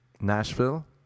Nashville